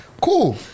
Cool